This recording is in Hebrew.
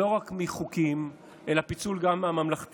לא רק מחוקים, אלא פיצול גם מהממלכתיות,